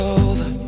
over